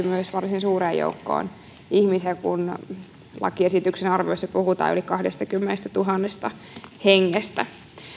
myös varsin suureen joukkoon ihmisiä kun lakiesityksen arvioissa puhutaan yli kahdestakymmenestätuhannesta hengestä